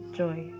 joy